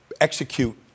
execute